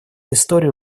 историю